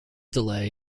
delay